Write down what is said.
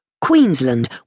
Queensland